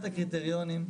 הקריטריונים,